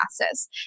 masses